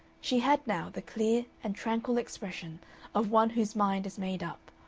she had now the clear and tranquil expression of one whose mind is made up.